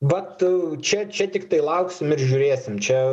vat čia čia tiktai lauksim ir žiūrėsim čia